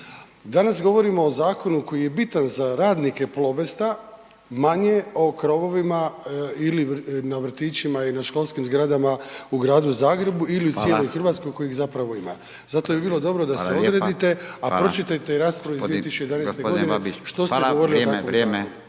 Danas govorimo o zakonu koji je bitan za radnike Plobesta, manje o krovovima na vrtićima i na školskim zgradama u gradu Zagrebu ili cijeloj Hrvatskoj kojeg ima. Zato bi bilo dobro da se odredite, a pročitajte raspravu iz 2011. godine što ste govorili o … /Govornici